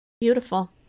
Beautiful